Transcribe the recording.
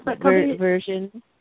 version